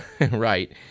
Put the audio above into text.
right